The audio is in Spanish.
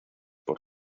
por